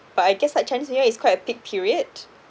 but I guess like chinese new year is quite a peak period